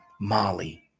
Molly